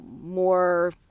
more